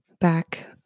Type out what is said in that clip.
back